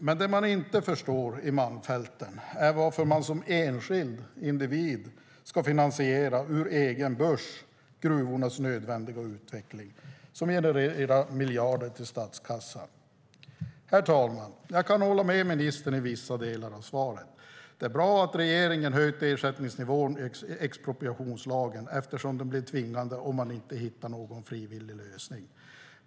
Men det man inte förstår i Malmfälten är varför man som enskild individ ska finansiera gruvornas nödvändiga utveckling, som genererar miljarder till statskassan, ur egen börs. Herr talman! Jag kan hålla med ministern i vissa delar av svaret. Det är bra att regeringen har höjt ersättningsnivåerna i expropriationslagen eftersom den blir tvingande om man inte hittar någon frivillig lösning.